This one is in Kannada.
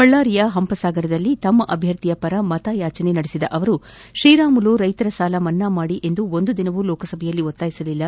ಬಳ್ನಾರಿಯ ಪಂಪಸಾಗರದಲ್ಲಿ ತಮ್ಮ ಅಭ್ಯರ್ಥಿ ಪರ ಮತಯಾಚನೆ ನಡೆಸಿದ ಅವರು ತ್ರೀರಾಮುಲು ರೈತರ ಸಾಲ ಮನ್ನಾ ಮಾಡಿ ಎಂದು ಒಂದೂ ದಿನವೂ ಲೋಕಸಭೆಯಲ್ಲಿ ಒತ್ತಾಯ ಮಾಡಿಲ್ಲ